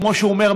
כמו שהוא אומר,